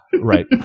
Right